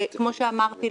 כמו שאמרתי,